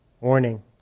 warning